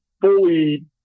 fully